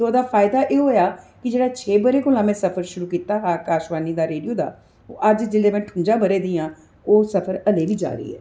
ओह्दा फायदा एह् होएआ कि जेह्ड़ा छे बरें कोला में सफर शुरू कीता हा आकाशवाणी दा रेडियो दा ओह् अज्ज जिसलै में ठुन्जे ब'रें दी दियां ओह् सफर अजें बी जारी ऐ